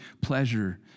pleasure